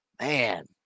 man